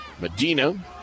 Medina